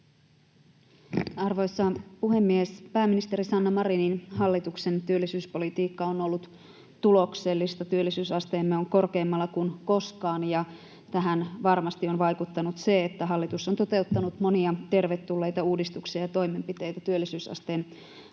Arvoisa puhemies! Pääministeri Sanna Marinin hallituksen työllisyyspolitiikka on ollut tuloksellista. Työllisyysasteemme on korkeammalla kuin koskaan, ja tähän varmasti on vaikuttanut se, että hallitus on toteuttanut monia tervetulleita uudistuksia ja toimenpiteitä työllisyysasteen nostamiseksi.